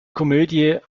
komödie